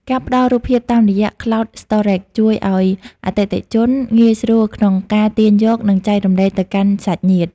ការផ្ដល់រូបភាពតាមរយៈ Cloud Storage ជួយឱ្យអតិថិជនងាយស្រួលក្នុងការទាញយក និងចែករំលែកទៅកាន់សាច់ញាតិ។